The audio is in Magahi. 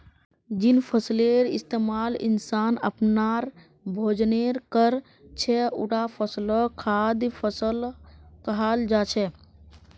जिन फसलेर इस्तमाल इंसान अपनार भोजनेर कर छेक उटा फसलक खाद्य फसल कहाल जा छेक